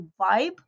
vibe